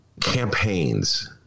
campaigns